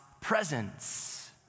presence